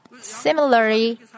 Similarly